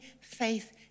faith